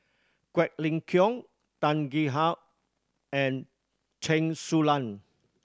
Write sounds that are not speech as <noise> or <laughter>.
Quek Ling Kiong Tan Gee <unintelligible> and Chen Su Lan